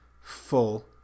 full